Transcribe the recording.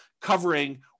covering